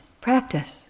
practice